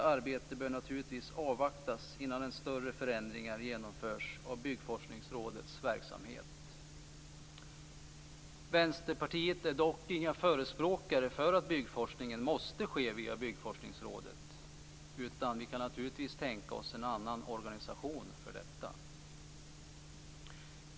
Vänsterpartiet är dock inte förespråkare av att byggforskningen måste ske via Byggforskningsrådet. Vi kan naturligtvis tänka oss en annan organisation för detta.